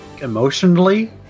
emotionally